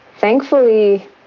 thankfully